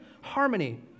harmony